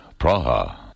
Praha